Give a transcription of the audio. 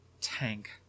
tank